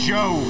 Joe